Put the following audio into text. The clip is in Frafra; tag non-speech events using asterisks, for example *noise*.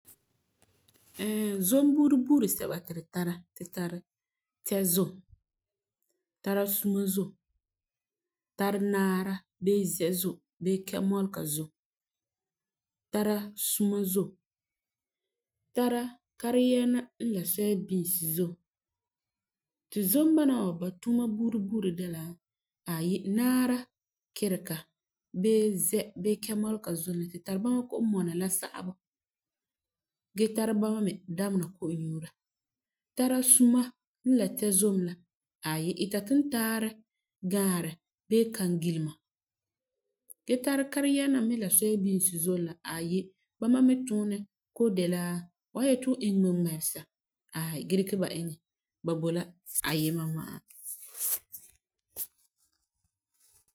Ɛɛ, zom buuri buuri sɛba ti tu tara de la tɛzom, tara sumazom, tara nara bee zɛzom bee kɛmɔlega zom, tara sumazom, tara kariyɛɛna n la soya binsi zom. Ti zom bana wa ba tuuma buuri buuri de la, aayi naara, keriga bee zɛ bee kɛmɔlega zom la tu tari bama ko'o mɔna la sagebɔ gee tara ba damena ko'om nyuura. Tara suma n la tɛzom la aayi ita tintaarɛ, gaarɛ bee kangilema. Gee tara kariyɛɛna mi n la soya binsi zom la aayi bamami tuunɛ ko de la fu san yeti fu iŋɛ ŋmiŋmɛbesa *hesitation* gee dikɛ ba iŋɛ ba bo la a yima ma'a.